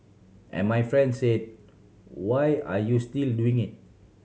and my friend say why are you still doing it